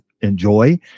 enjoy